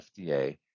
FDA